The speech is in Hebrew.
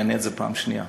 אני אענה על זה פעם שנייה,